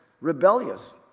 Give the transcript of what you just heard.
rebellious